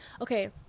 okay